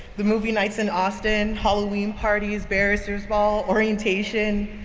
the movie nights in austin, halloween parties, barrister's ball, orientation,